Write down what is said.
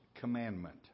commandment